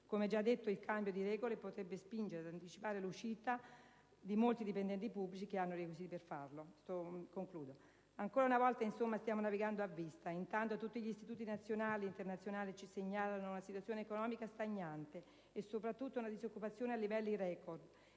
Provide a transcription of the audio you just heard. Come già detto, il cambio di regole potrebbe spingere ad anticipare l'uscita di molti dipendenti pubblici che hanno i requisiti per farlo. Ancora una volta, insomma, stiamo navigando a vista. E intanto tutti gli istituti nazionali ed internazionali ci segnalano una situazione economica stagnante e soprattutto una disoccupazione a livelli record,